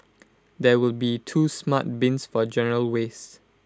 there will be two smart bins for general waste